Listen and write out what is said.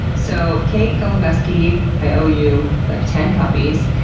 so, kate golembiewski, i owe you, like, ten puppies.